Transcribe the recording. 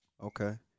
Okay